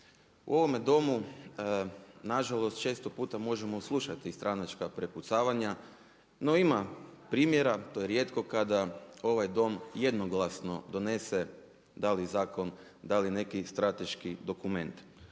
U ovome Domu na žalost često puta možemo slušati i stranačka prepucavanja, no ima primjera, to je rijetko kada ovaj Dom jednoglasno donese da li zakon, da li neki strateški dokument